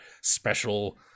special